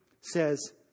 says